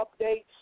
updates